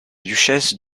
duchesse